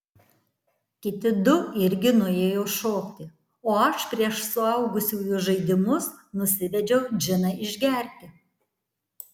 kiti du irgi nuėjo šokti o aš prieš suaugusiųjų žaidimus nusivedžiau džiną išgerti